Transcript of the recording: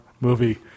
movie